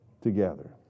together